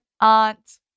aunt